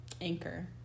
anchor